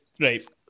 Right